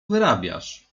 wyrabiasz